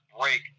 break